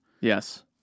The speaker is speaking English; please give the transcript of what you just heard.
Yes